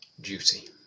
duty